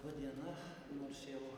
laba dieną nors jau